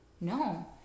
No